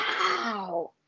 wow